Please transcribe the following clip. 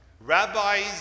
Rabbis